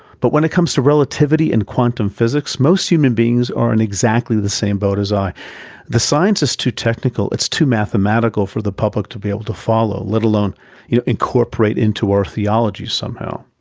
but when it comes to relativity and quantum physics, most human beings are in exactly the same boat as i the science is too technical, it's too mathematical for the public to be able to follow, let alone you know incorporate into our theology somehow.